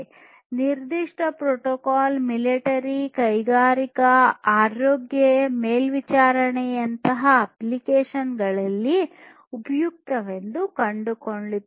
ಈ ನಿರ್ದಿಷ್ಟ protocol military ಕೈಗಾರಿಕಾ ಮತ್ತು ಆರೋಗ್ಯ ಮೇಲ್ವಿಚಾರಣೆಯಂತಹ ಅಪ್ಲಿಕೇಶನ್ಗಳಲ್ಲಿ ಉಪಯುಕ್ತವೆಂದು ಕಂಡುಕೊಳ್ಳುತ್ತವೆ